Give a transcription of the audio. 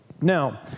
now